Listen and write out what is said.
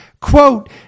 Quote